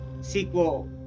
sequel